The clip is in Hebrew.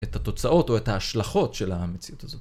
את התוצאות או את ההשלכות של המציאות הזאת.